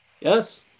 Yes